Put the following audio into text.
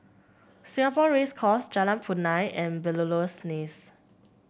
Singapore Race Course Jalan Punai and Belilios